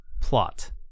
Plot